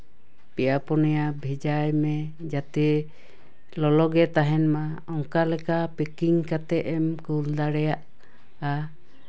ᱯᱮᱭᱟ ᱯᱩᱱᱭᱟᱹ ᱵᱷᱮᱡᱟᱭ ᱢᱮ ᱡᱟᱛᱮ ᱞᱚᱞᱚ ᱜᱮ ᱛᱟᱦᱮᱱ ᱢᱟ ᱚᱱᱠᱟ ᱞᱮᱠᱟ ᱯᱮᱠᱤᱝ ᱠᱟᱛᱮᱫ ᱮᱢ ᱠᱳᱞ ᱫᱟᱲᱮᱭᱟᱜᱼᱟ